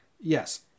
Yes